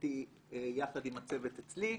בחנתי יחד עם הצוות אצלי,